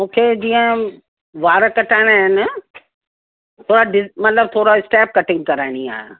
मूंखे जीअं वार कटाइणा आहिनि थोरा डि मतिलब थोरा स्टैप कटिंग कराइणी आहे